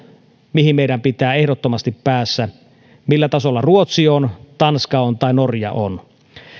mihin meidän pitää ehdottomasti päästä ja millä tasolla ruotsi tanska tai norja on